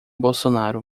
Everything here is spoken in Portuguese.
bolsonaro